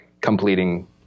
completing